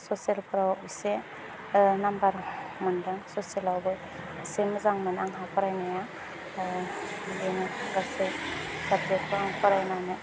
ससेलफ्राव एसे नाम्बार मोन्दों ससेलावबो एसे मोजांमोन आंहा फरायनाया बिदिनो गासै साबजेक्टआव आं फरायनानै